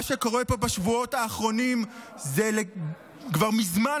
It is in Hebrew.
מה שקורה פה בשבועות האחרונים כבר מזמן